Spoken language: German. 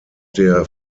der